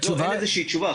לא, אין איזושהי תשובה.